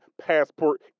passport